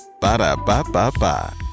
Ba-da-ba-ba-ba